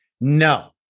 No